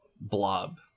blob